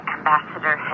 Ambassador